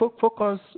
focus